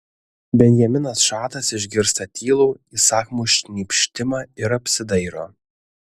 benjaminas šatas išgirsta tylų įsakmų šnypštimą ir apsidairo